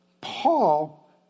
Paul